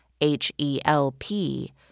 H-E-L-P